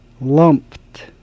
Lumped